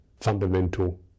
fundamental